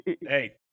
Hey